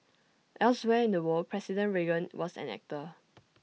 elsewhere in the world president Reagan was an actor